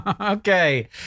Okay